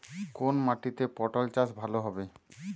কোন মাটিতে পটল চাষ ভালো হবে?